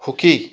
সুখী